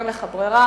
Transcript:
אין לך ברירה,